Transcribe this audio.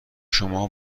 شماها